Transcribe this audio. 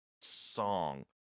song